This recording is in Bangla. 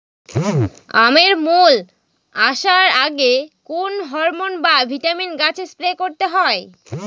আমের মোল আসার আগে কোন হরমন বা ভিটামিন গাছে স্প্রে করতে হয়?